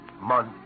Month